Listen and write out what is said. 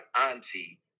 auntie